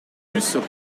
eussent